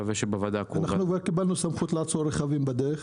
כבר קיבלנו סמכות לעצור רכבים בדרך.